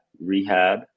rehab